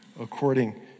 according